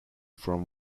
from